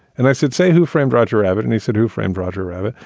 and i said, say, who framed roger rabbit? and he said, who framed roger rabbit?